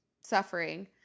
suffering